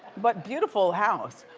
but beautiful house.